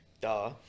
Duh